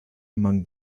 among